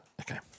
Okay